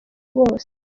bose